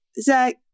Zach